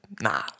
nah